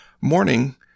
morning